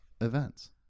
events